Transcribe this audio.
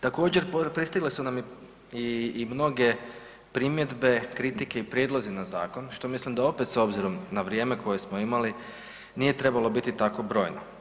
Također pristigle su nam i mnoge primjedbe, kritike i prijedlozi na zakon što mislim da opet s obzirom na vrijeme koje smo imali nije trebalo biti tako brojno.